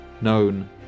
known